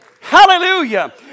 Hallelujah